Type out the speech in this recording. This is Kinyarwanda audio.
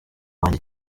wanjye